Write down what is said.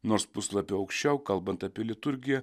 nors puslapiu aukščiau kalbant apie liturgiją